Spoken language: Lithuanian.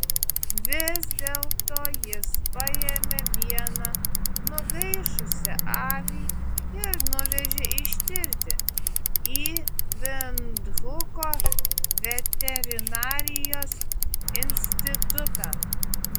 vis dėlto jis paėmė vieną nugaišusią avį ir nuvežė ištirti į vindhuko veterinarijos institutą